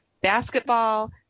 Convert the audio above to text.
basketball